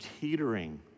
teetering